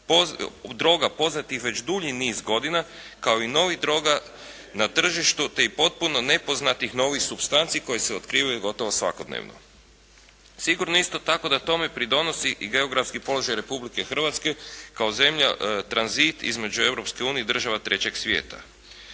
droga poznatih već dulji niz godina. Kao i novih droga na tržištu te i potpuno nepoznatih novih supstanci koje se otkrivaju gotovo svakodnevno. Sigurno isto tako da tome pridonosi i geografski položaj Republike Hrvatske kao zemlja tranzit između Europske unije i država «Trećeg svijeta».